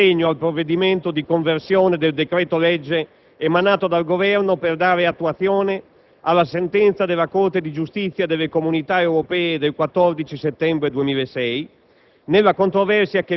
un convinto sostegno al provvedimento di conversione del decreto-legge emanato dal Governo per dare attuazione alla sentenza della Corte di giustizia delle Comunità europee del 14 settembre 2006